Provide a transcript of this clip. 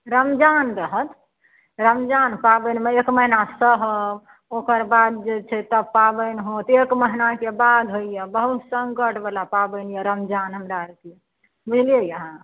रमजान रहत रमजान पाबनिमे एक महीना सहब ओकर बाद जे छै तब पाबनि होत एक महीनाके बाद होइए बहुत सङ्कटवला पाबनि यऽ रमजान हमरा आरके बुझलियै अहाँ